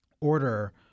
order